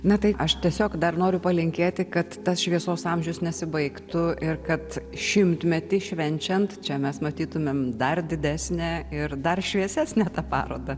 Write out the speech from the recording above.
na tai aš tiesiog dar noriu palinkėti kad tas šviesos amžius nesibaigtų ir kad šimtmetį švenčiant čia mes matytumėme dar didesnę ir dar šviesesnę tą parodą